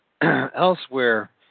Elsewhere